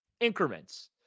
increments